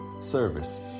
service